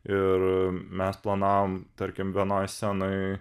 ir mes planavom tarkim vienoj scenoj